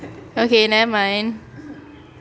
okay never mind